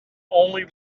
only